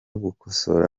gukosora